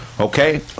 Okay